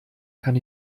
kann